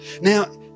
Now